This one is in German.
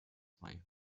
bei